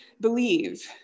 believe